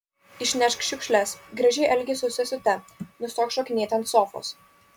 išnešk šiukšles gražiai elkis su sesute nustok šokinėti ant sofos